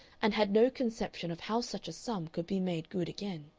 and had no conception of how such a sum could be made good again.